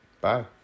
bye